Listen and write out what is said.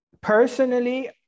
personally